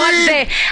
לא רק זה,